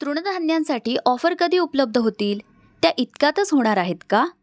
तृणधान्यांसाठी offer कधी उपलब्ध होतील त्या इतक्यातच होणार आहेत का